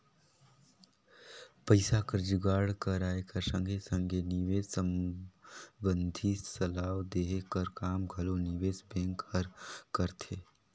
पइसा कर जुगाड़ कराए कर संघे संघे निवेस संबंधी सलाव देहे कर काम घलो निवेस बेंक हर करथे